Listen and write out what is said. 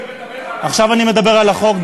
עכשיו אני מדבר על החוק,